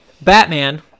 Batman